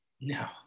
No